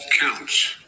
counts